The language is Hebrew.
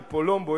מפולומבו,